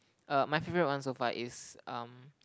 uh my favourite one so far is um